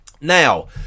Now